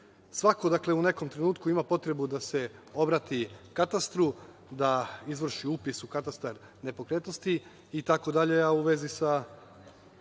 Svako u nekom trenutku ima potrebu da se obrati katastru, da izvrši upis u katastar nepokretnosti itd, a u vezi sa